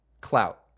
clout